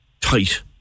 tight